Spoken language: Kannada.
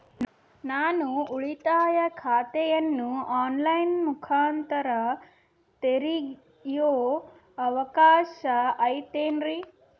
ನಾನು ಉಳಿತಾಯ ಖಾತೆಯನ್ನು ಆನ್ ಲೈನ್ ಮುಖಾಂತರ ತೆರಿಯೋ ಅವಕಾಶ ಐತೇನ್ರಿ?